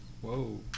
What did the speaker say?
Whoa